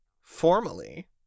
formally